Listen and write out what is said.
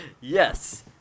Yes